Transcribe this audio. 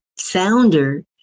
Founder